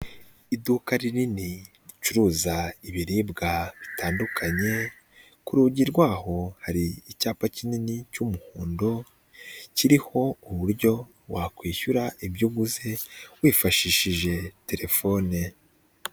Iduka rinini ricuruza ibiribwa bitandukanye, ku rugi rwaho hari icyapa kinini cy'umuhondo, kiriho uburyo wakwishyura ibyo uguze, wifashishije telefone.